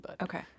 Okay